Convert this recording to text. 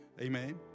Amen